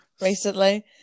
recently